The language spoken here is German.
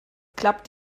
klappt